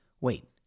Wait